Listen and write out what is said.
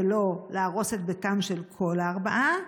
ולא להרוס את ביתם של כל הארבעה?